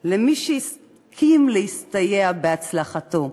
למי שהסכים להסתייע בהצלחתו.